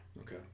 Okay